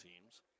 teams